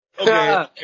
Okay